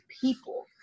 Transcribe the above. people